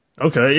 Okay